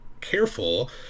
careful